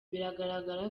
biragaragara